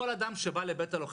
כל אדם שבא לבית הלוחם,